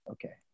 Okay